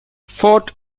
forte